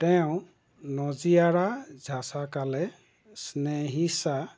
তেওঁ নজিয়াৰা ঝাচাকালে স্নেহিচা